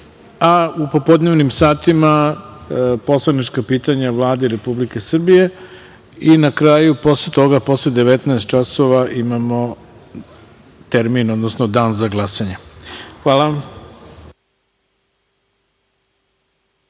a u popodnevnim satima poslanička pitanja Vladi Republike Srbije i na kraju, posle toga, posle 19.00 časova, imamo dan za glasanje. Hvala.